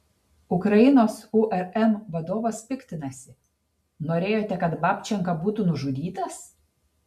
ukrainos urm vadovas piktinasi norėjote kad babčenka būtų nužudytas